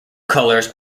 colors